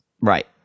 Right